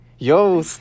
Yo